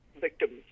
victim's